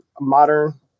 modern